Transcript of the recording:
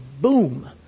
boom